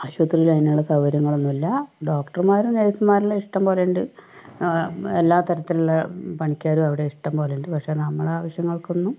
ആശുപത്രിയിൽ അയിനുള്ള സൗകര്യങ്ങളൊന്നുമില്ല ഡോക്ടർമാരും നേഴ്സ്സുമാരെല്ലാം ഇഷ്ടംപോലെയുണ്ട് എല്ലാ തരത്തിലുള്ള പണിക്കാരും അവിടെ ഇഷ്ടംപോലെയുണ്ട് പക്ഷെ നമ്മളെ ആവശ്യങ്ങൾക്കൊന്നും